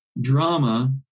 drama